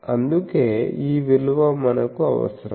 అందుకే ఈ విలువ మనకు అవసరం